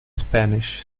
spanish